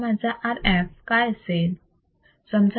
आता माझा Rf काय असेल